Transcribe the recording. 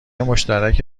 مشترک